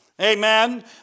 Amen